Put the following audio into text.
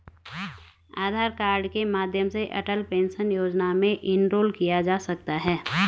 आधार card के माध्यम से अटल पेंशन योजना में इनरोल किया जा सकता है